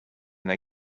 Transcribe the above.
they